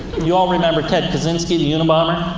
you all remember ted kaczynski, the unabomber?